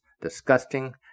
disgusting